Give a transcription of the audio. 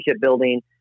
building